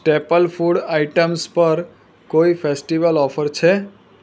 staple food items પર કોઈ festival offer છે